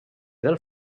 del